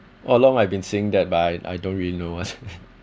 all along I've been seeing that but I don't really know what's